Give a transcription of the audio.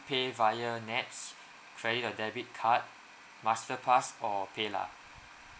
pay via N_E_T_S credit or debit card masterpass or paylah!